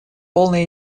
полной